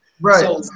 right